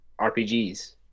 RPGs